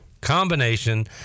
combination